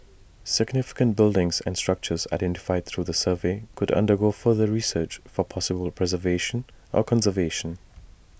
significant buildings and structures identified through the survey could undergo further research for possible preservation or conservation